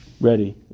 ready